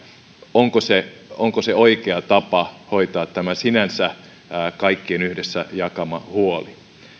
onko se oikea tapa hoitaa tämä sinänsä kaikkien yhdessä jakama huoli